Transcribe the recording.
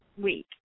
week